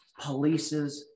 polices